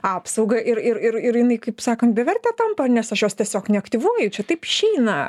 apsaugą ir ir ir ir jinai kaip sakant beverte tampa nes aš jos tiesiog neaktyvuoju čia taip išeina